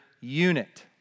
unit